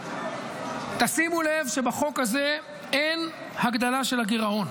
תשימו לב שבחוק הזה אין הגדלה של הגירעון.